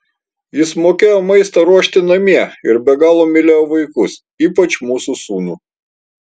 jis mokėjo maistą ruošti namie ir be galo mylėjo vaikus ypač mūsų sūnų